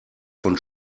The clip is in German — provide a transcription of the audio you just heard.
von